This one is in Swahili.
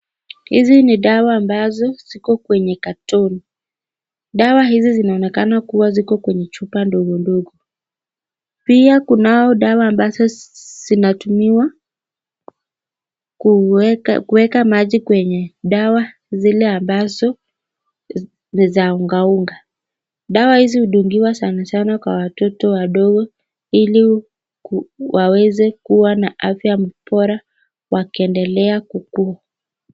Hizi ni dawa ambazo ziko kwenye katoni. Dawa hizi zinaonekana kuwa ziko kwenye chupa ndogo ndogo. Pia kunao dawa ambazo zinatumiwa kuweka maji kwenye dawa zile ambazo ni za unga unga. Dawa hizi hudungiwa sana sana kwa watoto wadogo ili waweze kuwa na afya bora wakiendelea kukua.